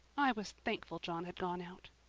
i was thankful john had gone out.